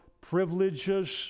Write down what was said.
privileges